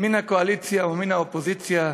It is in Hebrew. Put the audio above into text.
מן הקואליציה ומן האופוזיציה,